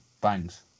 Bangs